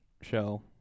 show